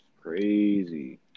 Crazy